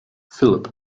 philip